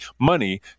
money